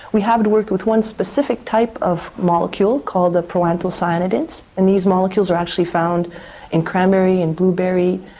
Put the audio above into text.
we have worked with one specific type of molecule called proanthocyanidins, and these molecules are actually found in cranberry and blueberry,